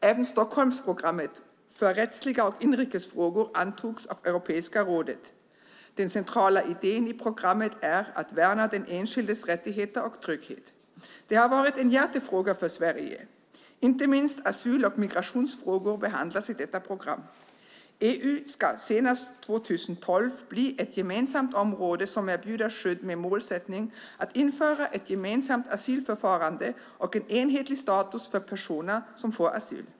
Även Stockholmsprogrammet för rättsliga och inrikes frågor antogs av Europeiska rådet. Den centrala idén i programmet är att värna den enskildes rättigheter och trygghet. Det har varit en hjärtefråga för Sverige. Inte minst behandlas asyl och migrationsfrågor i detta program. EU ska senast 2012 bli ett gemensamt område som erbjuder skydd med målsättning att införa ett gemensamt asylförfarande och en enhetlig status för personer som får asyl.